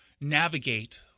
navigate